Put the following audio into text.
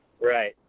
Right